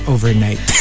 Overnight